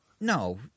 no